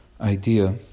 idea